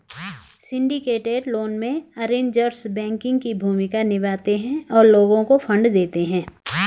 syndicated loan में, arrangers banking की भूमिका निभाते हैं और लोगों को फंड देते हैं